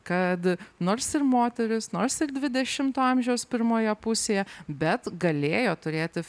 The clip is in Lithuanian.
kad nors ir moteris nors ir dvidešimto amžiaus pirmoje pusėje bet galėjo turėti